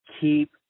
keep